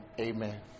amen